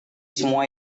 semua